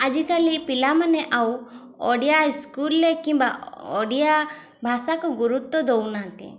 ଆଜିକାଲି ପିଲାମାନେ ଆଉ ଓଡ଼ିଆ ସ୍କୁଲ୍ରେ କିମ୍ବା ଓଡ଼ିଆ ଭାଷାକୁ ଗୁରୁତ୍ୱ ଦେଉନାହାନ୍ତି